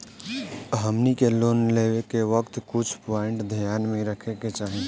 हमनी के लोन लेवे के वक्त कुछ प्वाइंट ध्यान में रखे के चाही